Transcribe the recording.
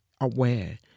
aware